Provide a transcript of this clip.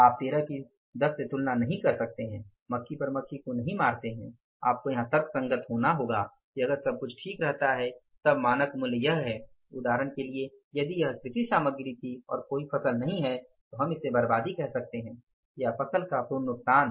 आप 13 की 10 से तुलना नहीं करते हैं मक्खी पर मक्खी को नहीं मारते हैं आपको यहां तर्कसंगत होना होगा कि अगर सब कुछ ठीक रहता है तब मानक मूल्य यह है उदाहरण के लिए यदि यह कृषि सामग्री थी और कोई फसल नहीं है तो हम इसे बर्बादी कह सकते हैं या फसल का पूर्ण नुकसान